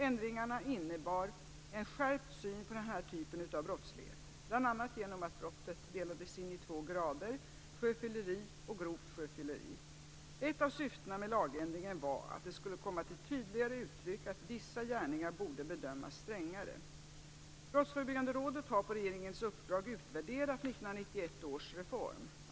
Ändringarna innebar en skärpt syn på denna typ av brottslighet, bl.a. genom att brottet delades in i två grader; sjöfylleri och grovt sjöfylleri. Ett av syftena med lagändringen var att det skulle komma till tydligare uttryck att vissa gärningar borde bedömas strängare. Brottsförebyggande rådet har på regeringens uppdrag utvärderat 1991 års reform.